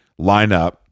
lineup